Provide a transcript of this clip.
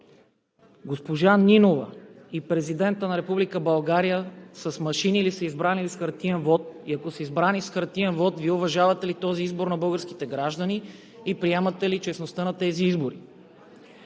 Госпожа Нинова и Президентът на Република България с машини ли са избрани, или с хартиен вот и ако са избрани с хартиен вот, Вие уважавате ли този избор на българските граждани и приемате ли честността на тези избори?